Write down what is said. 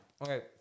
Okay